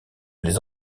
les